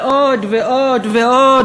ועוד ועוד ועוד.